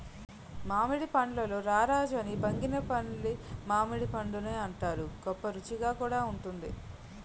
మామిడి పండుల్లో రారాజు అని బంగినిపల్లి మామిడిపండుని అంతారు, గొప్పరుసిగా కూడా వుంటుంది